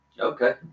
Okay